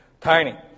tiny